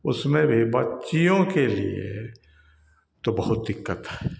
उसमें भी बच्चियों के लिए तो बहुत दिक्कत है